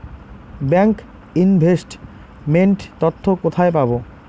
Bank investment তথ্য কোথায় পাব?